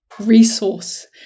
resource